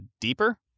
deeper